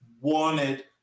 wanted